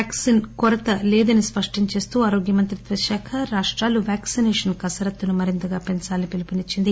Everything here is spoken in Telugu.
వ్యాక్సిన్ కొరత లేదని స్పష్టం చేస్తూ ఆరోగ్య మంత్రిత్వ శాఖ రాష్టాలు వ్యాక్సినేషన్ కసరత్తును మరింతగా పెంచాలని పిలుపునిచ్చింది